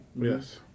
Yes